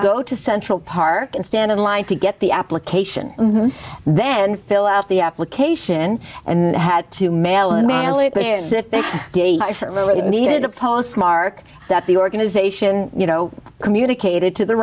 go to central park and stand in line to get the application then fill out the application and had two male gay guys that really needed a postmark that the organization you know communicated to the